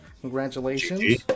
Congratulations